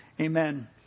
Amen